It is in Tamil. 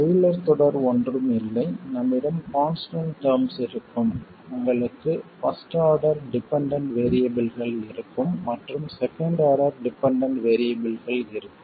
டெய்லர் தொடர் ஒன்றும் இல்லை நம்மிடம் கான்ஸ்டன்ட் டெர்ம்ஸ் இருக்கும் உங்களுக்கு பர்ஸ்ட் ஆர்டர் டிபெண்டண்ட் வேறியபிள்கள் இருக்கும் மற்றும் செகண்ட் ஆர்டர் டிபெண்டண்ட் வேறியபிள்கள் இருக்கும்